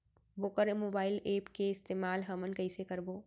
वोकर mobile app के इस्तेमाल हमन कइसे करबो?